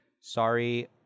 Sorry